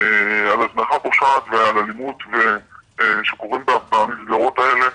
על הזנחה פושעת ועל אלימות שקורים במסגרות האלה,